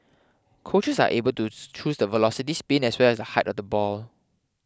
coaches are able tooth choose the velocity spin as well as the height of the ball